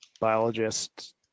biologist